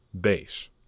base